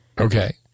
Okay